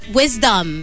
wisdom